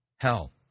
Hell